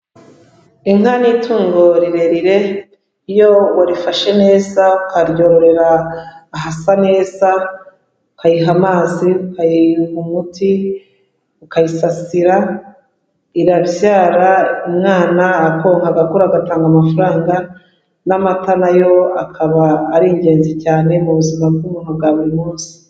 Inka ni itungo rirerire, iyo urifashe neza ukaryorera ahasa neza, ukayiha amazi, ukayiha umuti, ukayisasira, irabyara umwana akonka agakura agatanga amafaranga n'amata nayo akaba ari ingenzi cyane mu buzima bw'umuntu bwa buri munsi.